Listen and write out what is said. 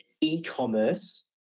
e-commerce